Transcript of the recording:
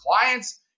clients